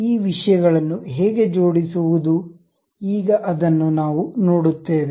ಈ ವಿಷಯಗಳನ್ನು ಹೇಗೆ ಜೋಡಿಸುವುದು ಈಗ ಅದನ್ನು ನಾವು ನೋಡುತ್ತೇವೆ